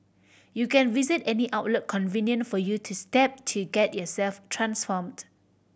you can visit any outlet convenient for you step to get yourself transformed